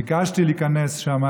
ביקשתי להיכנס לשם,